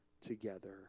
together